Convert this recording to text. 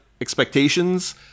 expectations